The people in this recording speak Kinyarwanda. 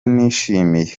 nishimiye